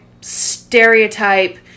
stereotype